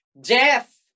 Jeff